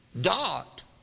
dot